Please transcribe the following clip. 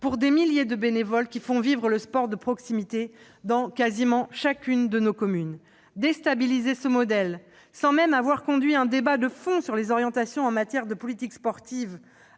pour des milliers de bénévoles qui font vivre le sport de proximité, dans presque toutes nos communes. Déstabiliser ce modèle sans même avoir conduit un débat de fond sur les orientations en matière de politique sportive,